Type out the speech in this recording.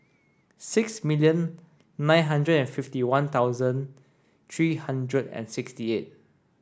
six million nine hundred and fifty one thousand three hundred and sixty eight